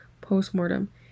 post-mortem